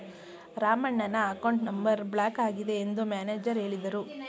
ರಾಮಣ್ಣನ account number block ಆಗಿದೆ ಎಂದು manager ಹೇಳಿದರು